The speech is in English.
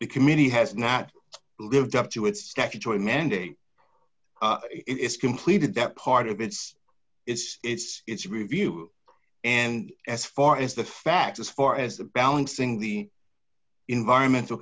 big community has not lived up to its statutory mandate it's completed that part of it's it's it's it's reviewed and as far as the facts as far as the balancing the environmental